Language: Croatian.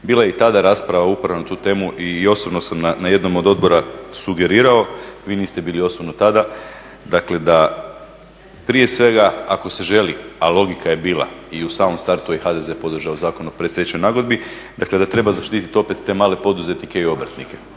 Bila je i tada rasprava upravo na tu temu i osobno sam na jednom od odbora sugerirao, vi niste bili osobno tada, dakle da prije svega ako se želi, a logika je bila i u samom startu je HDZ podržao Zakon o predstečajnoj nagodbi, dakle da treba zaštitit opet te male poduzetnike i obrtnike.